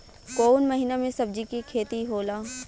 कोउन महीना में सब्जि के खेती होला?